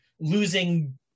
losing